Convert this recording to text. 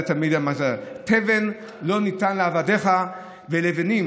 זה תמיד המזל: תבן לא ניתן לעבדיך ולבנים